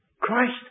Christ